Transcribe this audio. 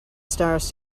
stars